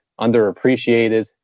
underappreciated